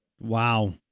Wow